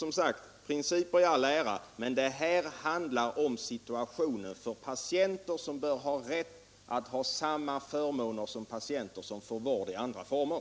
Som sagt: Principer i all ära, men det här handlar om situationer för patienter som bör ha rätt att ha samma förmåner som patienter som får vård i andra former.